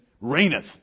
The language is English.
reigneth